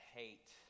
hate